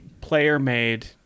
player-made